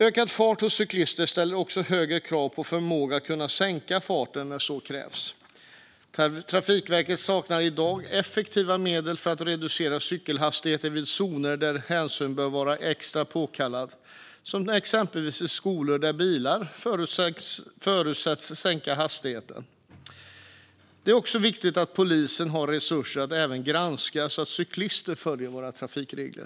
Ökad fart hos cyklister ställer också högre krav på förmågan att sänka farten när så krävs. Trafikverket saknar i dag effektiva medel för att reducera cykelhastigheten i zoner där hänsyn bör vara extra påkallad, exempelvis vid skolor. Där förutsätts bilar sänka hastigheten. Det är också viktigt att polisen har resurser för att granska så att även cyklister följer våra trafikregler.